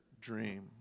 dream